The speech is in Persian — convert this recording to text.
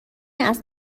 است